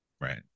Right